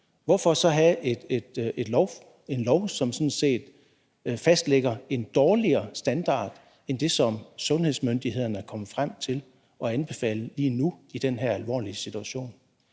hvorfor så have en lov, som sådan set fastlægger en dårligere standard end det, som sundhedsmyndighederne er kommet frem til at anbefale lige nu i den her alvorlige situation?